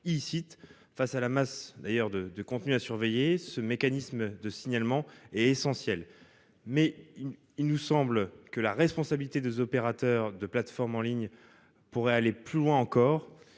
Devant la masse des contenus à surveiller, ce mécanisme de signalement est essentiel, mais il nous semble que la responsabilité des opérateurs de plateforme en ligne pourrait aller plus loin.